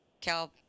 Cal